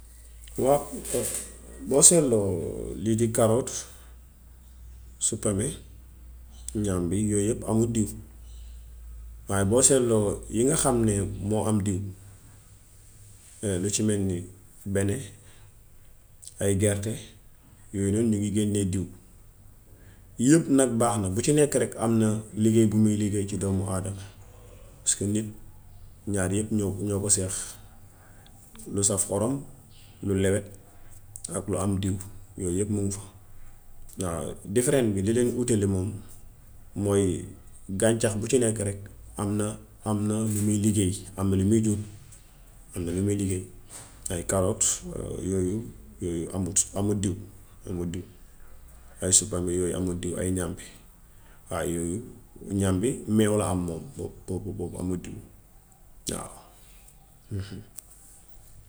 Wa boo seetloo lii di karoot, suppome, ñàmbi, yooy yépp amut diw. Waaye boo seetloo yi nga xam ni moo am diw lu ci mel ne bene, ay gerte, yooyu nag ñu ngi génne diw. Yépp nag baax na, bu ci nekk rekk am na liggéey bu muy liggéey ci doomu aadama paska nit ñaar yépp ñoo ñoo ko séq; lu saf xorom, lu lewet ak lu am diw. Yooy yépp muŋ fa. Waaw different bi, li leen uutale moom mooy gàncax bu ci nekk rekk am na am na lu muy liggéey. Am na lu muy jur, am na lu muy liggéey, ay karoot yooyu amut, amut diw amut diw, ay suppome yooyu amut diw, ay ñàmbi waaw yooyu. Ñàmbi meew la am moom boobu amut diw waaw.